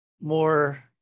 more